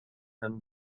him